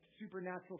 supernatural